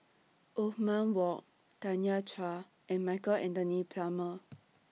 Othman Wok Tanya Chua and Michael Anthony Palmer